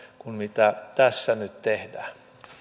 kuin mitä tässä nyt tehdään